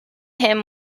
him